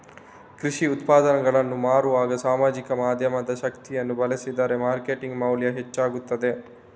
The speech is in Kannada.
ಕೃಷಿ ಉತ್ಪನ್ನಗಳನ್ನು ಮಾರುವಾಗ ಸಾಮಾಜಿಕ ಮಾಧ್ಯಮದ ಶಕ್ತಿಯನ್ನು ಬಳಸಿದರೆ ಮಾರ್ಕೆಟಿಂಗ್ ಮೌಲ್ಯ ಹೆಚ್ಚಾಗುತ್ತದೆ